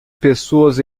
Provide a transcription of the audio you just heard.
pessoas